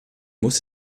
muss